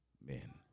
Men